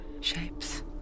shapes